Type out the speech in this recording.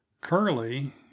Curly